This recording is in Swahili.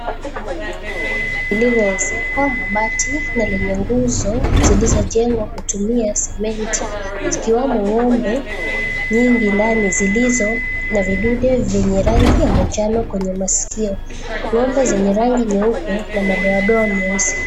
Jumba lililoezekwa mabati, na lenye nguzo, zilizojengwa kutumia sementi. Zikiwamo ng'ombe nyingi ndani zilizo na vidude vyenye rangi ya manjano kwenye masikio. Ng'ombe zenye rangi nyeupe na madoadoa nyeusi.